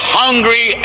hungry